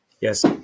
Yes